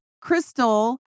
crystal